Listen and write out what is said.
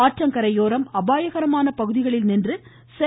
ஆற்றங்கரையோரம் அபாயகரமான பகுதிகளில் நின்று செல்